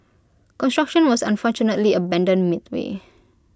construction was unfortunately abandoned midway